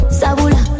sabula